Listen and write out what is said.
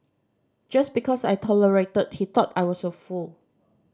just because I tolerated he thought I was a fool